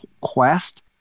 Quest